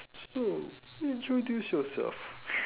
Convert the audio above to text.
so introduce yourself